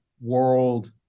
world